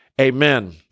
Amen